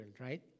right